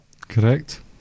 Correct